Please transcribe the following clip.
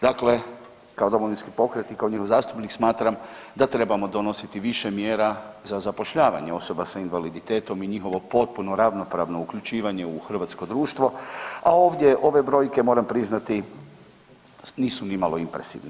Dakle, kao Domovinski pokret i kao njegov zastupnik smatram da trebamo donositi više mjera za zapošljavanje osoba s invaliditetom i njihovo potpuno ravnopravno uključivanje u hrvatsko društvo, a ovdje ove brojke moram priznati nisu nimalo impresivne.